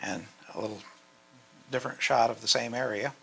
and a little different shot of the same area